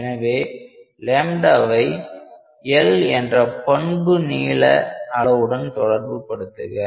எனவே λவை L என்ற பண்பு நீள அளவுடன் தொடர்புபடுத்துக